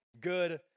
good